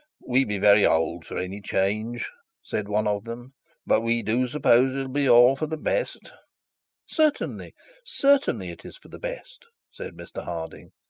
we be very old for any change said one of them but we do suppose it be all for the best certainly certainly, it is for the best said mr harding.